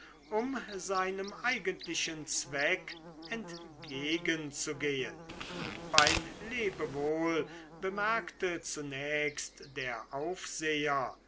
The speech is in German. um seinem eigentlichen zweck entgegenzugehen beim lebewohl bemerkte zunächst der aufseher